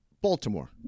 Baltimore